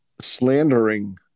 slandering